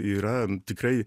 yra tikrai